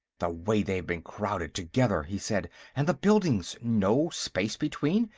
the way they've been crowded together! he said. and the buildings no space between.